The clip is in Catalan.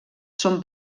són